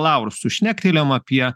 laursu šnektelėjom apie